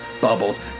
bubbles